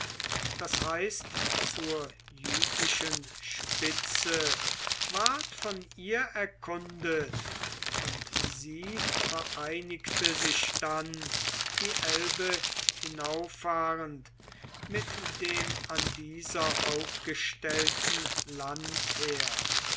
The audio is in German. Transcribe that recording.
das heißt zur jütischen spitze ward von ihr erkundet und sie vereinigte sich dann die elbe hinauffahrend mit dem an dieser aufgestellten